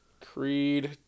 Creed